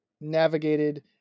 navigated